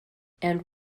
and